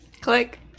Click